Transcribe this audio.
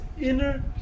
inner